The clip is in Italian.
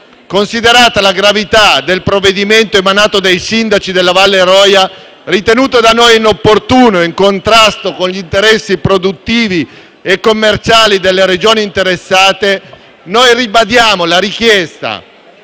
Considerata la gravità del provvedimento emanato dai sindaci della Valle Roia, ritenuto da noi inopportuno e in contrasto con gli interessi produttivi e commerciali delle Regioni interessate, noi ribadiamo la richiesta